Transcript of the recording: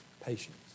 patience